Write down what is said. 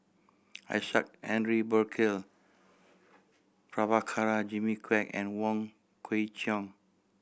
Isaac Henry Burkill Prabhakara Jimmy Quek and Wong Kwei Cheong